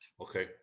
Okay